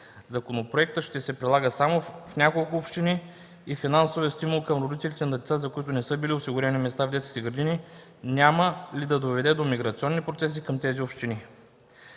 Законопроектът ще се прилага само в няколко общини и финансовият стимул към родителите на деца, за които не са били осигурени места в детските градини, няма ли да доведе до миграционни процеси към тези общини.